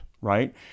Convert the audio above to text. right